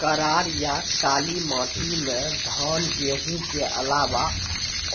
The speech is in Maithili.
करार या काली माटी म धान, गेहूँ के अलावा